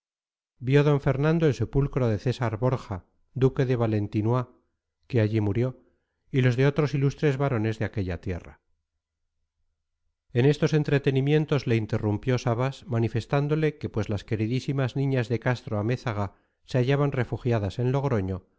vio d fernando el sepulcro de césar borja duque de valentinois que allí murió y los de otros ilustres varones de aquella tierra en estos entretenimientos le interrumpió sabas manifestándole que pues las queridísimas niñas de castro-amézaga se hallaban refugiadas en logroño